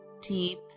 deep